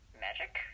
Magic